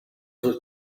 was